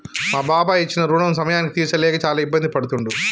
మా బాబాయి ఇచ్చిన రుణం సమయానికి తీర్చలేక చాలా ఇబ్బంది పడుతుండు